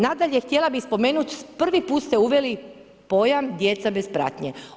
Nadalje, htjela bih spomenuti prvi put ste uveli pojam djeca bez pratnje.